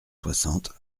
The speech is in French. soixante